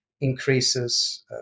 increases